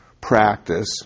practice